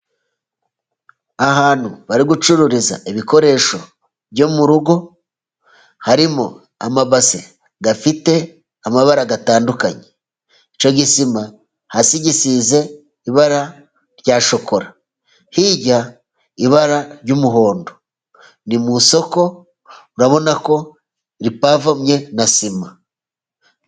Ahantu bari gucururiza ibikoresho byo mu rugo. Harimo amabase afite amabara atandukanye icyo gisima hasi gisize ibara rya shokora hirya ibara ry'umuhondo. Ndi mu isoko, urabona ko ripavomwe na sima.